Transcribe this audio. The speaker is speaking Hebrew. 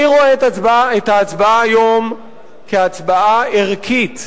אני רואה את ההצבעה היום כהצבעה ערכית,